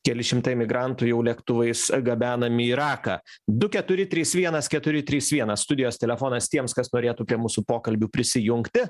keli šimtai migrantų jau lėktuvais gabenami į iraką du keturi trys vienas keturi trys vienas studijos telefonas tiems kas norėtų prie mūsų pokalbių prisijungti